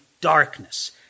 darkness